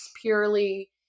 purely